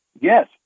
yes